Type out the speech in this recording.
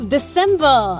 December